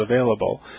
available